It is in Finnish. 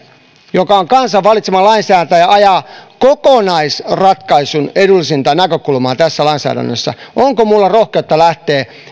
joka on kansan valitsema rohkeutta ajaa kokonaisratkaisun edullisinta näkökulmaa tässä lainsäädännössä onko minulla rohkeutta lähteä